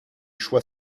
choix